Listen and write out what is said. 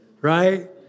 right